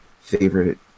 favorite